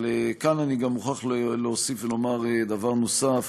אבל כאן אני גם מוכרח לומר דבר נוסף,